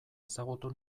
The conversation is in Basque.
ezagutu